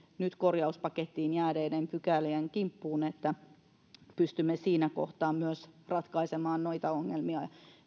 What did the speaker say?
nyt korjauspakettiin jääneiden pykälien kimppuun jotta pystymme siinä kohtaa ratkaisemaan myös niitä ongelmia